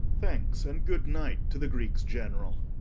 thanks, and good night to the greeks' general.